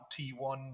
T1